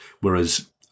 whereas